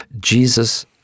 Jesus